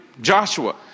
Joshua